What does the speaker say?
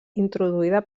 introduïda